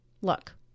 Look